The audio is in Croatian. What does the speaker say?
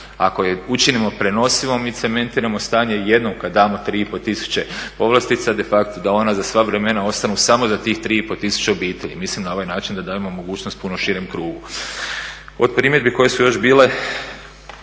Ako je učinimo prenosivom mi cementiramo stanje jednom kada damo 3.500 povlastica de facto da ona za sva vremena ostanu samo za tih 3.500 obitelji. Mislimo da dajemo na ovaj način mogućnost puno širem krugu. Od primjedbi koje su još bile